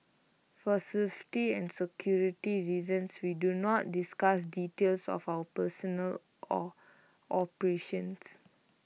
for safety and security reasons we do not discuss details of our personnel or operations